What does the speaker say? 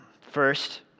First